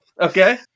Okay